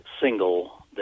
single